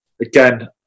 again